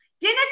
dinner